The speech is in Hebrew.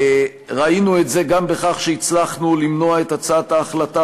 ראינו את זה גם בכך שהצלחנו למנוע את הצעת ההחלטה